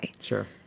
Sure